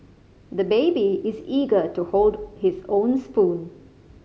the baby is eager to hold his own spoon